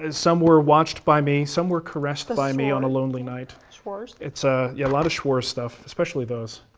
and some were watched by me. some were caressed by me on a lonely night. schwarz. yeah, a yeah lot of schwarz stuff, especially those.